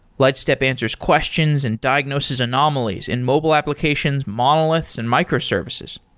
lightstep answers questions and diagnosis anomalies in mobile applications, monoliths and microservices.